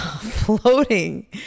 floating